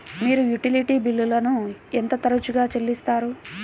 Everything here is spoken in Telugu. మీరు యుటిలిటీ బిల్లులను ఎంత తరచుగా చెల్లిస్తారు?